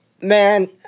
Man